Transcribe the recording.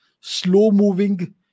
slow-moving